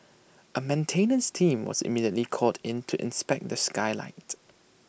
A maintenance team was immediately called in to inspect the skylight